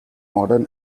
modern